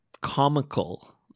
comical